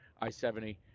I-70